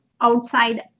outside